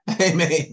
Amen